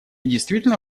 действительно